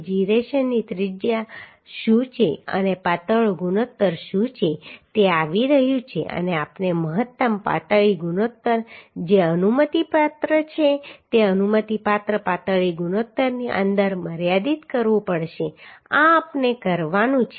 જીરેશનની ત્રિજ્યા શું છે અને પાતળો ગુણોત્તર શું છે તે આવી રહ્યું છે અને આપણે મહત્તમ પાતળી ગુણોત્તર જે અનુમતિપાત્ર છે તે અનુમતિપાત્ર પાતળી ગુણોત્તરની અંદર મર્યાદિત કરવું પડશે આ આપણે કરવાનું છે